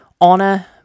honor